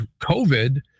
COVID